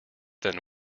than